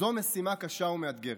זו משימה קשה ומאתגרת.